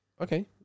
Okay